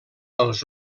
els